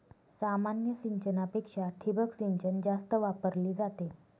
सामान्य सिंचनापेक्षा ठिबक सिंचन जास्त वापरली जाते